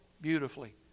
beautifully